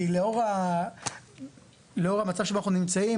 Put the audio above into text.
כי לאור המצב שבו אנחנו נמצאים,